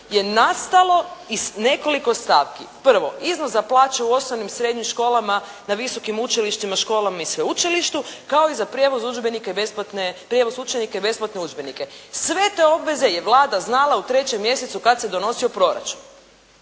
je nastalo iz nekoliko stavki. Prvo, iznos za plaće u osnovnim i srednjim školama, na visokim učilištima, školama i sveučilištu kao i za prijevoz učenika i besplatne udžbenike. Sve te obveze je Vlada znala u 3. mjesecu kad se donosio proračun.